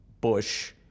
Bush